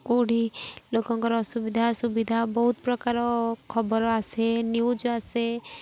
କେଉଁଠି ଲୋକଙ୍କର ଅସୁବିଧା ସୁବିଧା ବହୁତ ପ୍ରକାର ଖବର ଆସେ ନ୍ୟୁଜ୍ ଆସେ